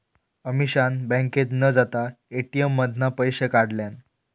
अमीषान बँकेत न जाता ए.टी.एम मधना पैशे काढल्यान